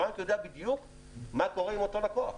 הבנק יודע בדיוק מה קורה עם אותו לקוח,